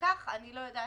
אני לא יודעת,